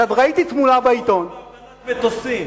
עכשיו, ראיתי תמונה בעיתון, מטוסים.